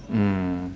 mm